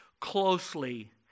closely